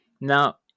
Now